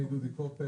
שמי דודי קופל.